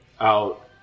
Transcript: out